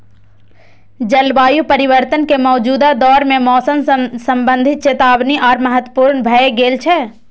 जलवायु परिवर्तन के मौजूदा दौर मे मौसम संबंधी चेतावनी आर महत्वपूर्ण भए गेल छै